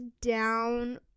down